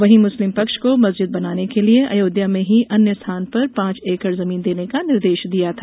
वहीं मुस्लिम पक्ष को मस्जिद बनाने के लिए अयोध्या में ही अन्य स्थान पर पांच एकड़ जमीन देने का निर्देष दिया था